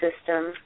system